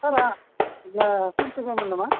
सारआ प्रिनसिफालमोन नामा